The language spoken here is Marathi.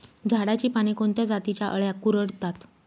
झाडाची पाने कोणत्या जातीच्या अळ्या कुरडतात?